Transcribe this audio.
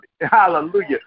hallelujah